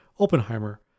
Oppenheimer